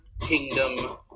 kingdom